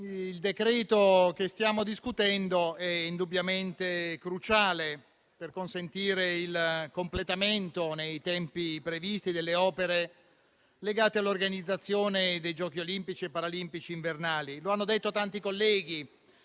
il decreto che stiamo discutendo è indubbiamente cruciale per consentire il completamento, nei tempi previsti, delle opere legate all'organizzazione dei Giochi olimpici e paralimpici invernali. Lo hanno detto tanti colleghi: